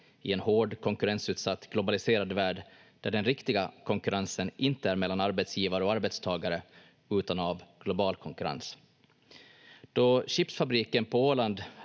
i en hård, konkurrensutsatt, globaliserad värld där den riktiga konkurrensen inte är mellan arbetsgivare och arbetstagare, utan global konkurrens. Då chipsfabriken på Åland